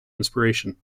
inspiration